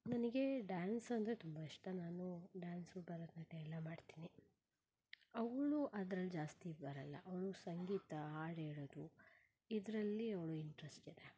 ನನಗೆ ಡಾನ್ಸ್ ಅಂದರೆ ತುಂಬ ಇಷ್ಟ ನಾನು ಡಾನ್ಸು ಭರತನಾಟ್ಯ ಎಲ್ಲ ಮಾಡ್ತೀನಿ ಅವಳು ಅದ್ರಲ್ಲಿ ಜಾಸ್ತಿ ಬರೋಲ್ಲ ಅವಳೂ ಸಂಗೀತ ಹಾಡು ಹೇಳೋದು ಇದರಲ್ಲಿ ಅವಳು ಇಂಟ್ರೆಸ್ಟ್ ಇದೆ